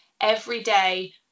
everyday